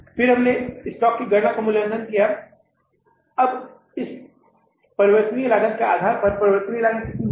फिर हम गणना स्टॉक का मूल्यांकन करते हैं अब इस परिवर्तनीय लागत के आधार पर परिवर्तनीय लागत कितनी है